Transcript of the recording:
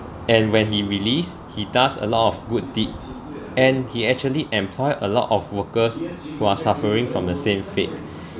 and when he released he does a lot of good deed and he actually employ a lot of workers who are suffering from the same fate